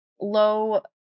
low